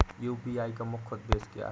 UPI का मुख्य उद्देश्य क्या है?